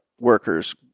workers